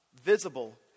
visible